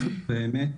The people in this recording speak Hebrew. באמת